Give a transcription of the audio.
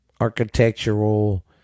architectural